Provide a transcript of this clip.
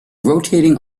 rotating